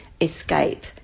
escape